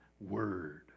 Word